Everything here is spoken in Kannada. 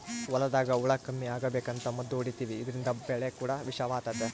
ಹೊಲದಾಗ ಹುಳ ಕಮ್ಮಿ ಅಗಬೇಕಂತ ಮದ್ದು ಹೊಡಿತಿವಿ ಇದ್ರಿಂದ ಬೆಳೆ ಕೂಡ ವಿಷವಾತತೆ